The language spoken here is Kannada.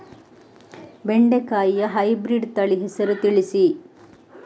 ಬೆಂಡೆಕಾಯಿಯ ಹೈಬ್ರಿಡ್ ತಳಿ ಹೆಸರು ತಿಳಿಸಿ?